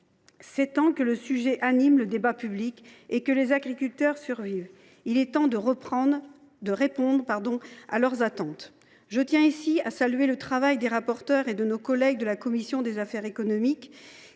sept ans que le sujet anime le débat public et que les agriculteurs survivent. Il est temps de répondre à leurs attentes ! Je tiens ici à saluer le travail des rapporteurs et de nos collègues de la commission des affaires économiques,